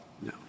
No